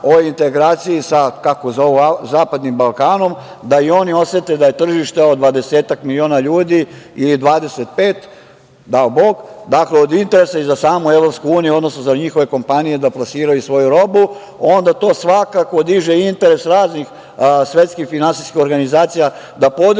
o integraciji sa, kako zovu, zapadnim Balkanom, da i oni osete da je tržište od dvadesetak miliona ljudi ili dvadeset pet, dao Bog, dakle od interesa i za samu EU, odnosno za njihove kompanije da plasiraju svoju robu, onda to svakako diže interes raznih svetskih, finansijskih organizacija da podrže